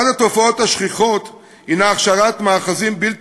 אחת התופעות השכיחות היא הכשרת מאחזים בלתי